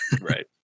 Right